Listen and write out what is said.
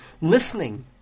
listening